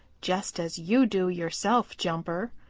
just as you do yourself, jumper.